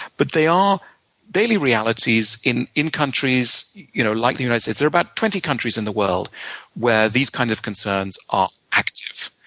but they are daily realities in in countries you know like the united states. there are about twenty countries in the world where these kind of concerns are active.